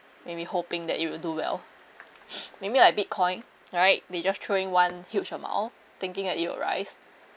maybe hoping that it will do well maybe like Bitcoin right they just throw in one huge amount thinking that it will rise